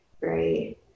right